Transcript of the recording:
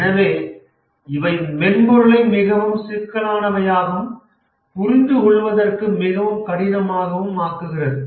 எனவே இவை மென்பொருளை மிகவும் சிக்கலானவையாகவும் புரிந்துகொள்வதற்கு மிகவும் கடினமாகவும் ஆக்குகிறது